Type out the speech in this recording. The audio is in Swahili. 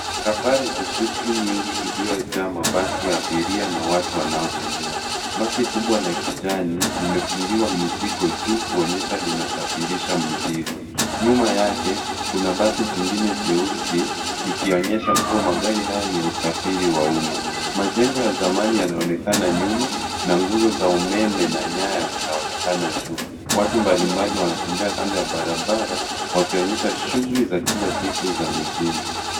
Barabara yenye shughuli nyingi iliyojaa mabasi ya abiria na watu wanaotembea. Basi kubwa la kijani imefungiwa juu kuonyesha linasafirisha mzigo. Nyuma yake kuna basi jingine jeusi likionyesha kuwa magari haya ni ya usafiri ya umma. Majengo ya zamani yanaonekana nyuma na nguzo za umeme na nyaya zinaonekana juu. Watu mbalimbali wanatembea kando ya barabara wakionyesha shughuli za kila siku za mijini.